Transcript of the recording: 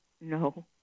No